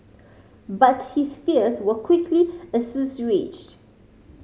but his fears were quickly assuaged